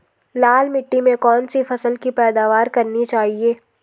लाल मिट्टी में कौन सी फसल की पैदावार करनी चाहिए?